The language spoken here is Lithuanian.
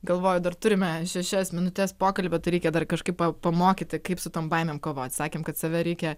galvoju dar turime šešias minutes pokalbio tai reikia dar kažkaip pa pamokyti kaip su tom baimėm kovot sakėm kad save reikia